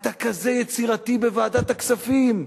אתה כזה יצירתי בוועדת הכספים,